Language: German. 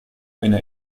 eine